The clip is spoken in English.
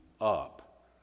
up